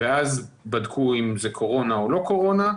ואז בדקו אם זה קורונה או לא קורונה,